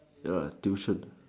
ya tuition